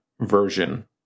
version